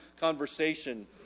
conversation